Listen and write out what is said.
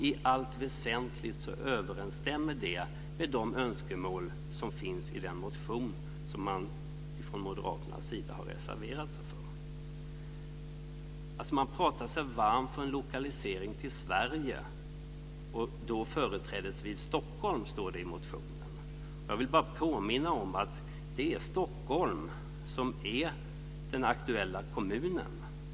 I allt väsentligt överensstämmer det med de önskemål som finns i den motion som man från Moderaternas sida har reserverat sig mot. Man pratar sig varm för en lokalisering till Sverige, och företrädesvis Stockholm, står det i motionen. Jag vill påminna om att det är Stockholm som är den aktuella kommunen.